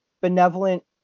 benevolent